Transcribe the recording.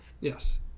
Yes